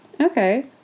Okay